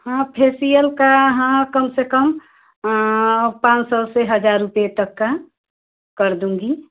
हाँ फेसिअल का हाँ कम से कम पाँच सौ से हज़ार रुपये तक का कर दूँगी